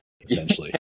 essentially